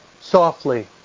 softly